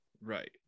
right